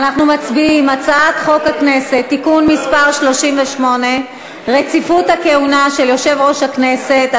הצעת חוק הכנסת (תיקון מס' 38) (רציפות הכהונה של יושב-ראש הכנסת),